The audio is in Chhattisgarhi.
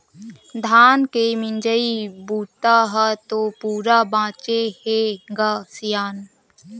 धान के मिजई बूता ह तो पूरा बाचे हे ग सियान